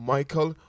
Michael